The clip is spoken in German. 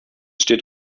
steht